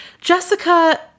Jessica